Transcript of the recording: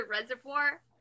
Reservoir